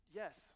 yes